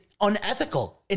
unethical